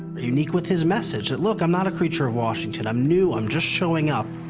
unique with his message look, i'm not a creature of washington. i'm new. i'm just showing up.